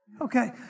Okay